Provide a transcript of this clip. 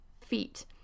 feet